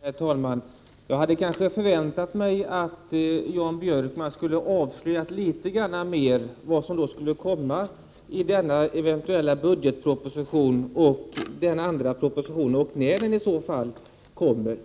Herr talman! Jag hade kanske förväntat mig att Jan Björkman skulle avslöja litet mer vad som skulle komma i denna eventuella budgetproposition och den andra propositionen och när de i så fall kommer.-